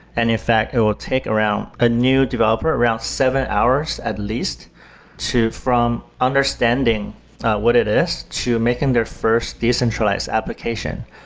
and in fact it will take around a new developer, around seven hours at least from understanding what it is to making their first decentralized application.